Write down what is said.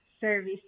service